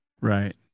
right